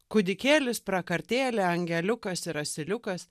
kūdikėlis prakartėlė angeliukas ir asiliukas